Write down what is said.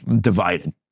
divided